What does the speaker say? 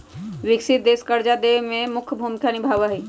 विकसित देश कर्जा देवे में मुख्य भूमिका निभाई छई